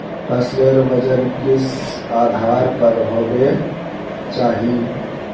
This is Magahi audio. फसलेर वजन किस आधार पर होबे चही?